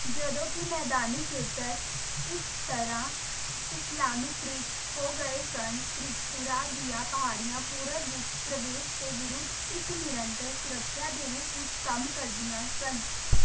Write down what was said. ਜਦੋਂ ਕਿ ਮੈਦਾਨੀ ਖੇਤਰ ਇਸ ਤਰ੍ਹਾਂ ਇਸਲਾਮੀਕ੍ਰਿਤ ਹੋ ਗਏ ਸਨ ਤ੍ਰਿਪੁਰਾ ਦੀਆਂ ਪਹਾੜੀਆਂ ਪੂਰਬ ਵਿੱਚ ਪ੍ਰਵੇਸ਼ ਦੇ ਵਿਰੁੱਧ ਇੱਕ ਨਿਰੰਤਰ ਸੁਰੱਖਿਆ ਦੇ ਰੂਪ ਵਿੱਚ ਕੰਮ ਕਰਦੀਆਂ ਸਨ